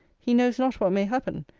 he knows not what may happen.